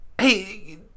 hey